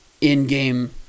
in-game